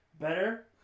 better